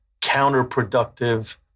counterproductive